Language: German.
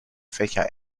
fächer